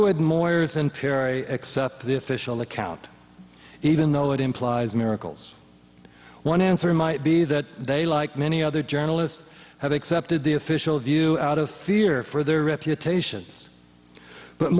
accept the official account even though it implies miracles one answer might be that they like many other journalists have accepted the official view out of fear for their reputations but